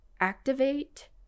activate